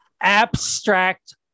abstract